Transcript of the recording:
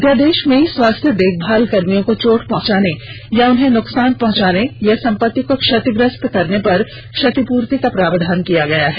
अध्यादेश में स्वास्थ्य देखभाल कर्मियों को चोट पहुंचाने या उन्हें नुकसान पहुंचाने या संपत्ति को क्षतिग्रस्त करने पर क्षतिपूर्ति का प्रावधान किया गया है